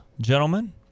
gentlemen